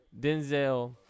Denzel